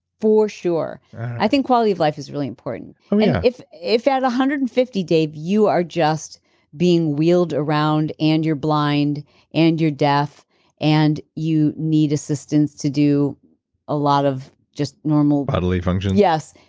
for sure. i think quality of life is really important yeah if if at one hundred and fifty dave, you are just being wheeled around and you're blind and you're deaf and you need assistance to do a lot of just normal bodily functions? yes.